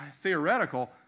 theoretical